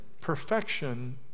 perfection